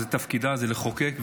ותפקידה לחוקק,